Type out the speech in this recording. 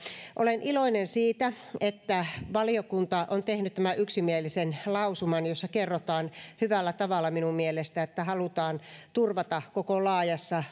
olen iloinen siitä että valiokunta on tehnyt tämän yksimielisen lausuman jossa kerrotaan minun mielestäni hyvällä tavalla että halutaan turvata koko laajassa